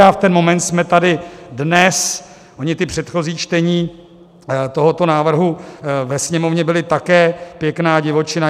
A v ten moment jsme tady dnes, ani ty předchozí čtení tohoto návrhu ve Sněmovně byly také pěkná divočina.